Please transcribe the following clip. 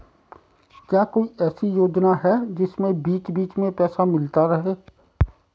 क्या कोई ऐसी योजना है जिसमें बीच बीच में पैसा मिलता रहे?